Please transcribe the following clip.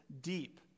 deep